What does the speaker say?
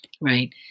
right